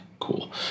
cool